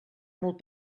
molt